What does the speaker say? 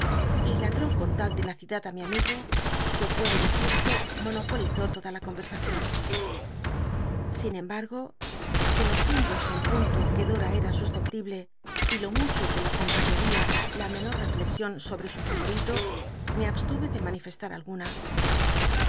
y ladró con tal tenacidad í mi amigo que puede decir se monopolizó toda la conl'ersacion sin embargo conociendo basta el punto c ue dora caa susceptible y lo mucho que la contrariaría la menor rcncxion sobre su favorito me abstuve de manifestar alguna